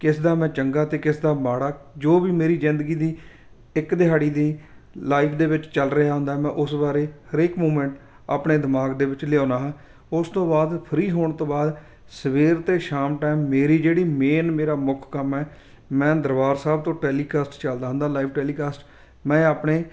ਕਿਸ ਦਾ ਮੈਂ ਚੰਗਾ ਅਤੇ ਕਿਸ ਦਾ ਮਾੜਾ ਜੋ ਵੀ ਮੇਰੀ ਜ਼ਿੰਦਗੀ ਦੀ ਇੱਕ ਦਿਹਾੜੀ ਦੀ ਲਾਈਫ ਦੇ ਵਿੱਚ ਚੱਲ ਰਿਹਾ ਹੁੰਦਾ ਮੈਂ ਉਸ ਬਾਰੇ ਹਰੇਕ ਮੂਮੈਂਟ ਆਪਣੇ ਦਿਮਾਗ ਦੇ ਵਿੱਚ ਲਿਆਉਂਦਾ ਹਾਂ ਉਸ ਤੋਂ ਬਾਅਦ ਫਰੀ ਹੋਣ ਤੋਂ ਬਾਅਦ ਸਵੇਰ ਅਤੇ ਸ਼ਾਮ ਟਾਈਮ ਮੇਰੀ ਜਿਹੜੀ ਮੇਨ ਮੇਰਾ ਮੁੱਖ ਕੰਮ ਹੈ ਮੈਂ ਦਰਬਾਰ ਸਾਹਿਬ ਤੋਂ ਟੈਲੀਕਾਸਟ ਚੱਲਦਾ ਹੁੰਦਾ ਲਾਈਵ ਟੈਲੀਕਾਸਟ ਮੈਂ ਆਪਣੇ